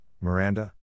Miranda